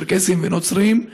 צ'רקסיים ונוצריים.